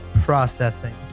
processing